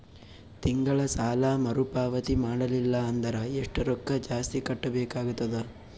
ತಿಂಗಳ ಸಾಲಾ ಮರು ಪಾವತಿ ಮಾಡಲಿಲ್ಲ ಅಂದರ ಎಷ್ಟ ರೊಕ್ಕ ಜಾಸ್ತಿ ಕಟ್ಟಬೇಕಾಗತದ?